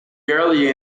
early